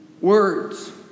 words